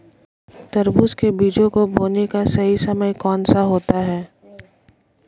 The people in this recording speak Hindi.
तरबूज के बीजों को बोने का सही समय कौनसा होता है?